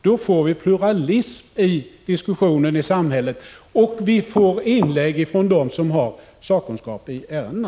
Då får vi pluralism i diskussionen i samhället, och vi får inlägg från dem som har sakkunskap i ärendena.